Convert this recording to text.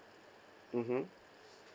mmhmm